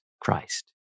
Christ